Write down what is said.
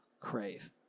crave